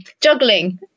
juggling